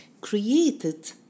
created